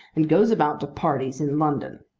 and goes about to parties in london.